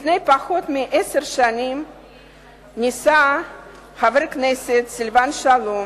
לפני פחות מעשר שנים ניסה חבר הכנסת סילבן שלום,